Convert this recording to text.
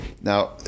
Now